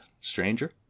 stranger